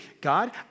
God